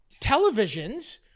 televisions